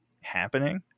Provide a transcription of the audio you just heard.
happening